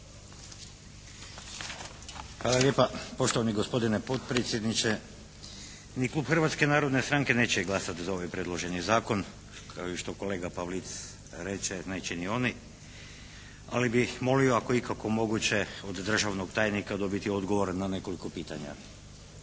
Hvala lijepa poštovani gospodine potpredsjedniče. Ni klub Hrvatske narodne stranke neće glasati za ovaj predloženi zakon kao i što kolega Pavlic reče neće ni oni, ali bih molio ako je ikako moguće od državnog tajnika dobiti odgovor na nekoliko pitanja.